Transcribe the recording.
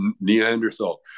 Neanderthal